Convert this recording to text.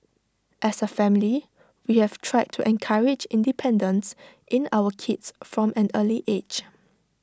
as A family we have tried to encourage independence in our kids from an early age